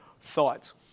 thoughts